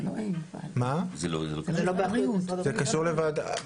לא, זה לא קשור אליו.